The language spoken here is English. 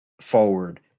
forward